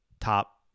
top